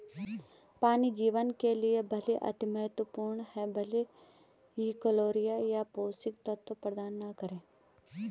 पानी जीवन के लिए अति महत्वपूर्ण है भले ही कैलोरी या पोषक तत्व प्रदान न करे